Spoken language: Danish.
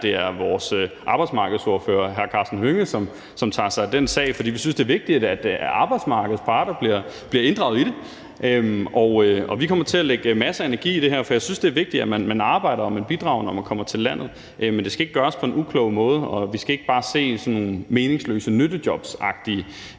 det er vores arbejdsmarkedsordfører, hr. Karsten Hønge, som tager sig af den sag. For vi synes, at det er vigtigt, at arbejdsmarkedets parter bliver inddraget i det. Vi kommer til at lægge masser af energi i det her, for jeg synes, at det er vigtigt, at man arbejder og man bidrager, når man kommer til landet, men det skal ikke gøres på en uklog måde, og vi skal ikke bare se sådan nogle meningsløse nyttejobsagtige